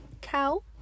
cow